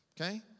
okay